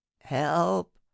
help